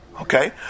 Okay